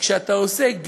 וכשאתה עושה,